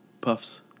Puffs